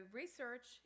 research